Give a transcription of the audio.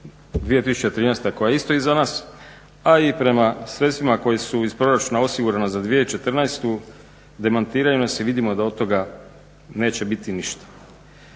2013. koja je isto iza nas, a i prema sredstvima koja su iz proračuna osigurana za 2014. demantiraju nas i vidimo da od toga neće biti ništa.